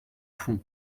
fond